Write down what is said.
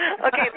Okay